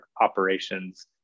operations